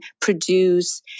produce